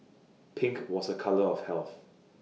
pink was A colour of health